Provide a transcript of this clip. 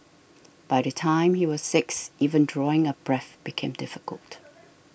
by the time he was six even drawing a breath became difficult